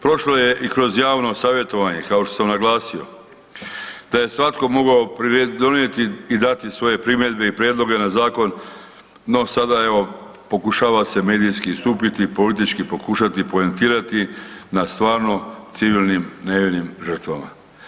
Prošlo je i kroz javno savjetovanje kao što sam naglasio da je svatko mogao donijeti i dati svoje primjedbe i prijedloge na zakon, no sada evo pokušava se medijski stupiti, politički pokušati poentirati na stvarno civilnim nevinim žrtvama.